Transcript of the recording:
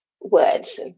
words